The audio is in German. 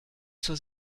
zur